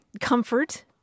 comfort